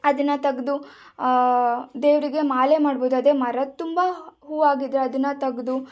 ಅದನ್ನು ತೆಗೆದು ದೇವರಿಗೆ ಮಾಲೆ ಮಾಡ್ಬೋದು ಅದೇ ಮರದ ತುಂಬ ಹೂವಾಗಿದ್ದರೆ ಅದನ್ನು ತೆಗೆದು